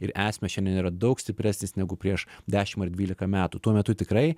ir esmę šiandien yra daug stipresnis negu prieš dešim ar dvylika metų tuo metu tikrai